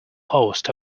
host